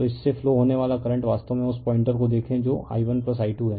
तो इससे फ्लो होने वाला करंट वास्तव में उस पॉइंटर को देखें जो i1i2 है